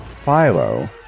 Philo